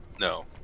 No